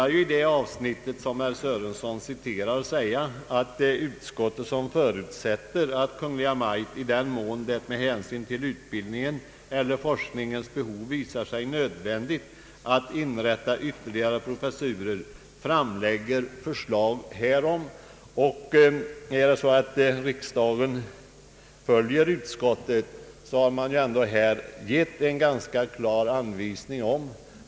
Det avsnitt som herr Sörenson citerade avslutas med: ”Utskottet, som förutsätter att Kungl. Maj:t i den mån det med hänsyn till utbildningens eller forskningens behov visar sig nödvändigt att inrätta ytterligare professurer framläg ger förslag härom, avstyrker motionerna ———” Här ges alltså en ganska klar anvisning om att det bör ske en utveckling allteftersom den medicinska forskningen erfordrar det. Med detta, herr talman, ber jag att få yrka bifall till utskottets förslag.